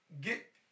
get